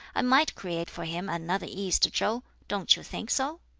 i might create for him another east chow don't you think so?